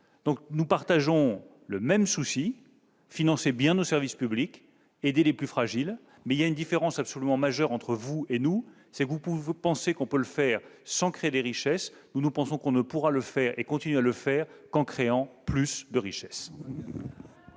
préoccupations : bien financer nos services publics, aider les plus fragiles, mais il y a une différence absolument majeure entre vous et nous, je le répète, c'est que vous pensez qu'on peut le faire sans créer de richesses, quand nous pensons qu'on ne pourra le faire, et continuer à le faire, qu'en créant plus de richesses.